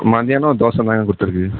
மத்தியானம் தோசை தாங்க கொடுத்துருக்கு